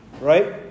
Right